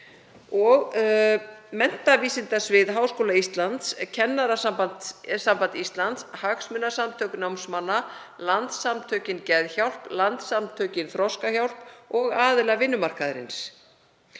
Menntavísindasvið Háskóla Íslands, Kennarasamband Íslands, hagsmunasamtök námsmanna, Landssamtökin Geðhjálp, Landssamtökin Þroskahjálp og aðila vinnumarkaðarins.